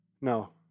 no